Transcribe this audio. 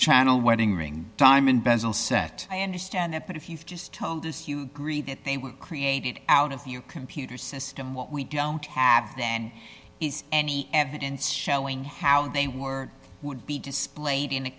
channel wedding ring time embezzle set i understand that but if you've just told us you agree that they were created out of your computer system what we don't have then is evidence showing how they were would be displayed in a